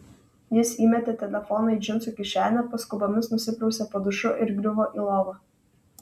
jis įmetė telefoną į džinsų kišenę paskubomis nusiprausė po dušu ir griuvo į lovą